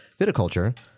viticulture